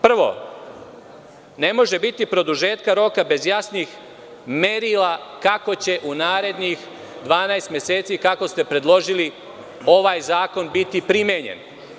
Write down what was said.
Prvo, ne može biti produžetka roka bez jasnih merila kako će u narednih 12 meseci, kako ste predložili ovaj zakon, biti primenjen.